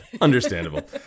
understandable